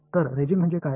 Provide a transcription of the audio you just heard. तर रेजिम म्हणजे काय